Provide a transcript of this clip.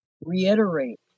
reiterate